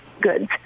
goods